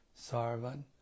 Sarvan